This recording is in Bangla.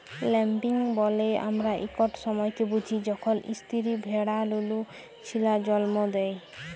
ল্যাম্বিং ব্যলে আমরা ইকট সময়কে বুঝি যখল ইস্তিরি ভেড়া লুলু ছিলা জল্ম দেয়